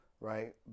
Right